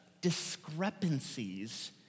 discrepancies